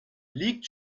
liegt